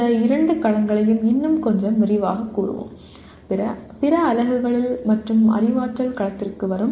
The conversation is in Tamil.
இந்த இரண்டு களங்களையும் இன்னும் கொஞ்சம் விரிவாகக் கூறுவோம் பிற அலகுகளில் மற்றும் அறிவாற்றல் களத்திற்கு வரும்